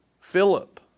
Philip